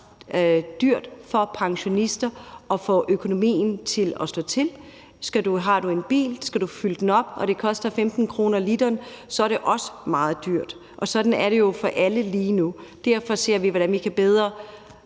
dyrt for pensionister at få økonomien til at slå til. Har du en bil, du skal fylde op, og det koster 15 kr. literen, er det også meget dyrt. Sådan er det jo for alle lige nu, og derfor ser vi, hvordan vi kan gøre